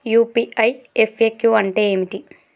UPI FAQ అంటే ఏమిటి?